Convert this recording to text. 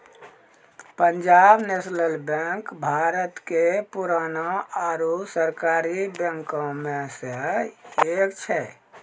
Punjab national bank Bharat के पुराना आरु सरकारी बैंको मे से एक छै